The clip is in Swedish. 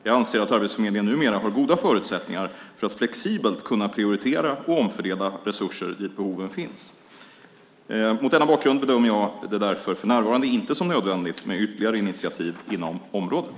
Jag anser att Arbetsförmedlingen numera har goda förutsättningar för att flexibelt kunna prioritera och omfördela resurser dit där behoven finns. Mot denna bakgrund bedömer jag det därför för närvarande inte som nödvändigt med ytterligare initiativ inom området.